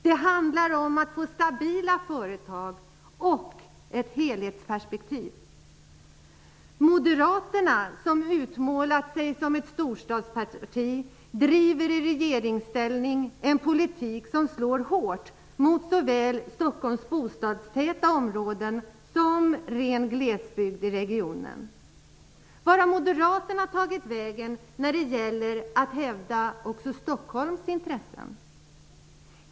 Det handlar om att få stabila företag och ett helhetsperspektiv. Moderaterna -- som utmålat sig som ett storstadsparti -- driver i regeringsställning en politik som slår hårt mot såväl Stockholms bostadstäta områden som ren glesbygd i regionen. Vart har moderaterna tagit vägen när det gäller att hävda också Stockholms intressen?